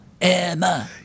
Emma